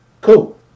Cool